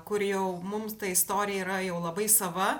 kur jau mum ta istorija yra jau labai sava